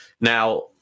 Now